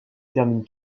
termine